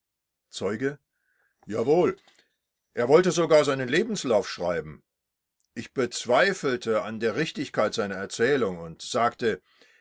zeuge jawohl er wollte sogar seinen lebenslauf schreiben ich zweifelte an der richtigkeit seiner erzählung und sagte